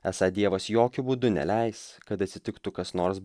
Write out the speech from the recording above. esą dievas jokiu būdu neleis kad atsitiktų kas nors